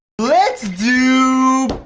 let's do.